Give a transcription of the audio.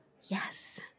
Yes